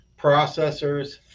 processors